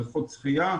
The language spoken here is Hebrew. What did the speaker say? בריכות שחייה.